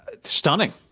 stunning